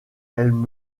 elle